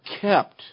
kept